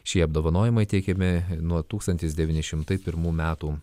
šie apdovanojimai teikiami nuo tūkstantis devyni šimtai pirmų metų